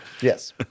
Yes